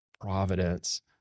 providence